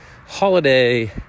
holiday